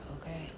okay